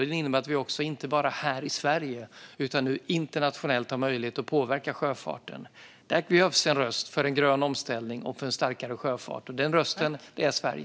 Det innebär att vi inte bara här i Sverige utan nu internationellt har möjlighet att påverka sjöfarten. Där behövs en röst för en grön omställning och en starkare sjöfart. Den rösten är Sverige.